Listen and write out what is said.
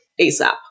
ASAP